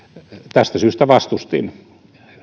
tästä syystä vastustin